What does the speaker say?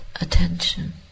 attention